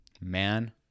Man